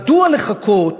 מדוע לחכות